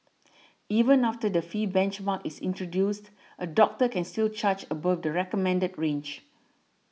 even after the fee benchmark is introduced a doctor can still charge above the recommended range